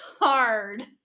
hard